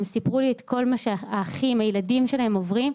הם סיפרו לי את כל מה שהאחים, הילדים שלהם עוברים.